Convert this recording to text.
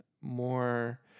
more